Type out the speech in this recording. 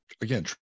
again